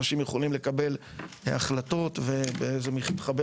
אנשים יכולים לקבל החלטות וזה מתחבר